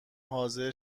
حاضر